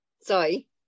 Sorry